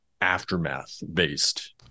aftermath-based